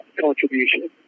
contribution